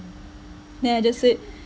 then I just said